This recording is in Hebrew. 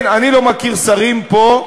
אני לא מכיר שרים פה,